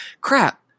crap